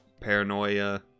paranoia